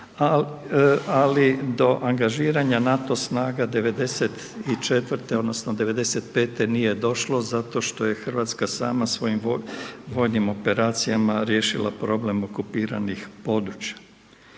ali do angažiranja NATO snaga '94. odnosno '95. nije došlo zato što je Hrvatska sama svojim vojnim operacijama riješila problem okupiranih područja.